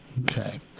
Okay